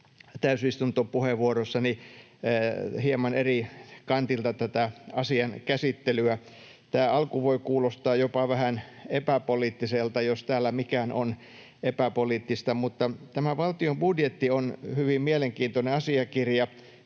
täysistuntopuheenvuorossani hieman eri kantilta tätä asian käsittelyä. Tämä alku voi kuulostaa jopa vähän epäpoliittiselta — jos täällä mikään on epäpoliittista. Valtion budjetti on hyvin mielenkiintoinen asiakirja,